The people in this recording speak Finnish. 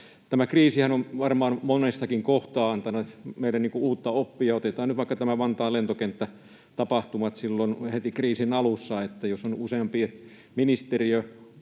Tämä kriisihän on varmaan monestakin kohtaa antanut meille uutta oppia, otetaan nyt vaikka nämä Vantaan lentokenttätapahtumat silloin heti kriisin alussa. Jos on useampi ministeriö